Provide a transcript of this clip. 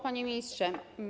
Panie Ministrze!